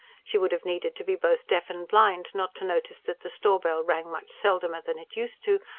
she would have needed to be both deaf and blind not to notice that the store-bell rang much seldomer than it used to,